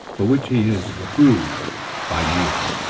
for which he is reproved by nathan.